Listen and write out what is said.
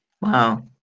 wow